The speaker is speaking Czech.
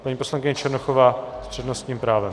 Paní poslankyně Černochová s přednostním právem.